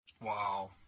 wow